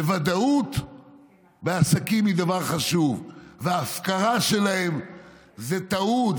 ודאות בעסקים היא דבר חשוב, וההפקרה שלהם זו טעות.